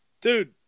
Dude